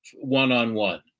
one-on-one